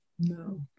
No